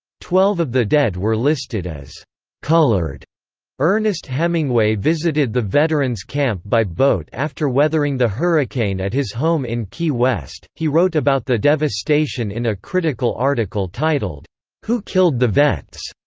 twelve of the dead were listed as colored ernest hemingway visited the veteran's camp by boat after weathering the hurricane at his home in key west he wrote about the devastation in a critical article titled who killed the vets?